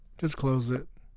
just close it